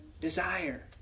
Desire